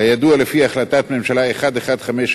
כידוע, לפי החלטת ממשלה 1154,